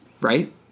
Right